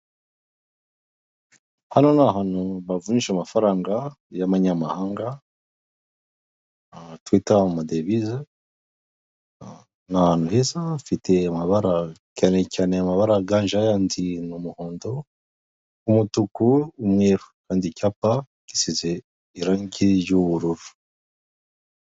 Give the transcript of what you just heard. Hano ni ahantu bavunisha amafaranga y'amanyamahanga twita modevise, ni ahantu heza hafiteti amabara cyane cyane amabara aganje ayandi ni umuhondo, umutuku, umweruru, kandi icyapa gisize irangi ry'ubururu.